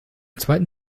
zweiten